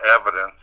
evidence